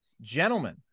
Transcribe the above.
gentlemen